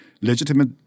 legitimate